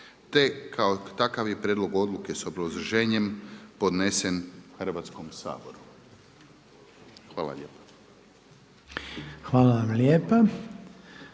je kao takav prijedlog odluke s obrazloženjem podnesen Hrvatskom saboru. Hvala lijepa. **Reiner,